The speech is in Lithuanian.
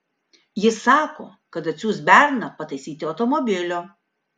jis sako kad atsiųs berną pataisyti automobilio